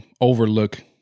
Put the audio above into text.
overlook